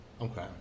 Okay